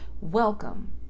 welcome